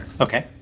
Okay